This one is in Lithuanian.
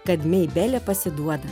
kad meibelė pasiduoda